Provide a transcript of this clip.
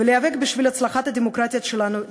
ולהיאבק יחדיו בשביל הצלחת הדמוקרטיה שלנו,